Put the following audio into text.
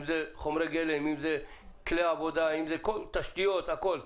אם זה חומרי גלם אם זה כלי עבודה, תשתיות, הכול: